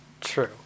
True